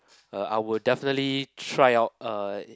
uh I will definitely try out uh